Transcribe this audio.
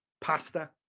Pasta